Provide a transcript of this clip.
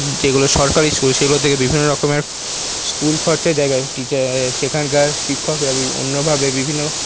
যেগুলো সরকারি স্কুল সেগুলো থেকে বিভিন্ন রকমের স্কুল খরচার জায়গায় টিচা সেখানকার শিক্ষকরা বি অন্যভাবে বিভিন্ন